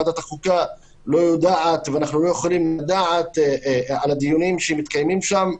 ועדת החוקה לא יודעת ואנחנו לא יכולים לדעת על הדיונים שמתקיימים שם,